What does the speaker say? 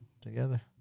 together